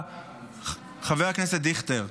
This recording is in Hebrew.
חבר הכנסת דיכטר,